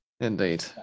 Indeed